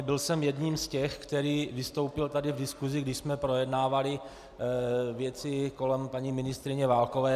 Byl jsem jedním z těch, který vystoupil tady v diskusi, když jsme projednávali věci kolem paní ministryně Válkové.